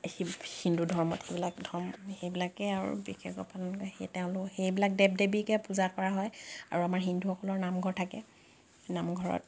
হিন্দু ধৰ্মত সেইবিলাক ধৰ্মত সেইবিলাকেই আৰু বিশেষকে সেই তেওঁলোক সেইবিলাক দেৱ দেৱীকে পূজা কৰা হয় আৰু আমাৰ হিন্দুসকলৰ নামঘৰ থাকে নামঘৰত